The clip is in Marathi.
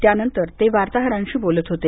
त्यानंतर ते वार्ताहरांशी बोलत होते